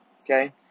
okay